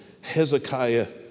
Hezekiah